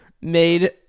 made